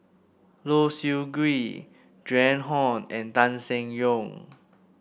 Low Siew Nghee Joan Hon and Tan Seng Yong